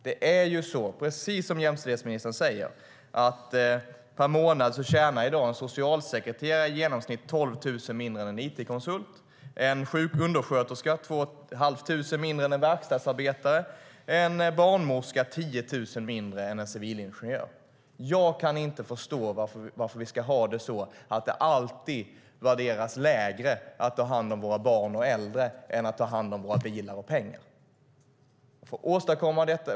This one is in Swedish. Det är ju så, precis som jämställdhetsministern säger, att per månad tjänar i dag en socialsekreterare i genomsnitt 12 000 mindre än en it-konsult, en undersköterska två och ett halvt tusen mindre än en verkstadsarbetare och en barnmorska 10 000 mindre än en civilingenjör. Jag kan inte förstå varför det alltid ska värderas lägre att ta hand om våra barn och äldre än att ta hand om våra bilar och pengar.